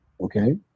okay